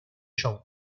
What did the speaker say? show